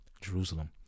Jerusalem